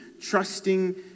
trusting